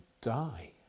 die